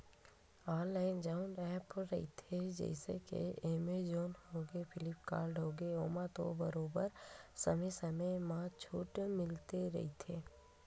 online जउन app रहिथे जइसे के एमेजॉन होगे, फ्लिपकार्ट होगे ओमा तो बरोबर समे समे म छूट मिलते रहिथे